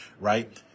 Right